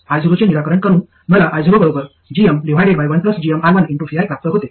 io चे निराकरण करून मला iogm1gmR1vi प्राप्त होते